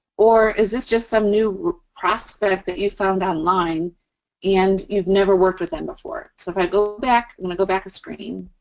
or is this just some new prospect that you've found online and you've never worked with them before? so, if i go back, i'm gonna go back a screen